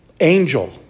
angel